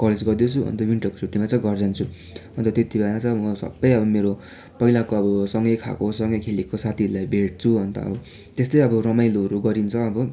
college गर्दैछु अन्त विन्टरको छुट्टीमा चाहिँ घर जान्छु अन्त त्यत्ति बेला चाहिँ अब म सबै अब मेरो पहिलाको अब सँगै खाएको सँगै खेलेको साथीहरूलाई भेट्छु अन्त अब त्यस्तै अब रमाइलोहरू गरिन्छ अब